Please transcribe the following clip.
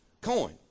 coin